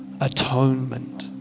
Atonement